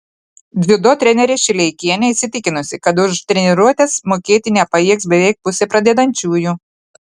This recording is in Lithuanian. dziudo trenerė šileikienė įsitikinusi kad už treniruotes mokėti nepajėgs beveik pusė pradedančiųjų